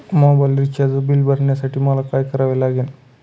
Mobile recharge bill भरण्यासाठी मला काय करावे लागेल?